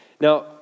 Now